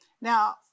Now